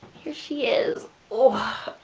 here she is oh,